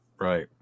Right